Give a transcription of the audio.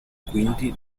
quindi